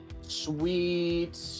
Sweet